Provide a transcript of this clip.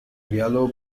yellow